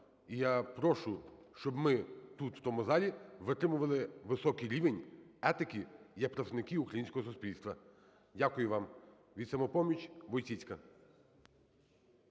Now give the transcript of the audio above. І я прошу, щоб ми тут, у цьому залі, витримували високий рівень етики як представники українського суспільства. Дякую вам. Від "Самопомочі" – Войціцька.